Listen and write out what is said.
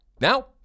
Now